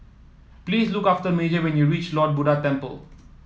please look after Major when you reach Lord Buddha Temple